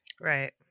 Right